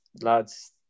lads